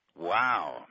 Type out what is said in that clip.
Wow